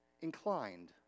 inclined